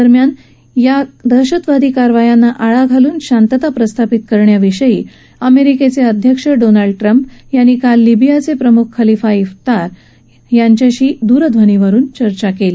लिबियामधे दहशतवादी कारवायांना आळा घालून शांतता प्रस्थापित करण्याविषयी अमेरिकेचे अध्यक्ष डोनाल्ड ट्रंप यांनी काल लिबियाचे प्रमूख खलीफा इफ्तार यांच्याशी दूरध्वनीवरुन चर्चा केली